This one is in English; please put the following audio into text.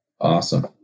Awesome